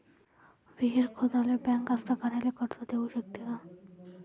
विहीर खोदाले बँक कास्तकाराइले कर्ज देऊ शकते का?